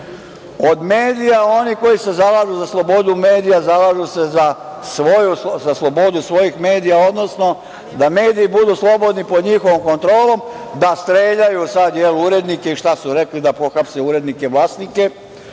medija, oni koji se zalažu za slobodu medija zalažu se za slobodu svojih medija, odnosno da mediji budu slobodni pod njihovom kontrolom, da streljaju sad, jel, urednike i da, šta su rekli, da pohapse urednike, vlasnike.